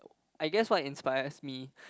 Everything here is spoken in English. I guess what inspires me